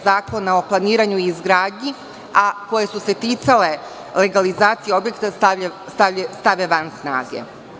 Zakona o planiranju i izgradnji, a koje su se ticale legalizacije objekta, stave van snage.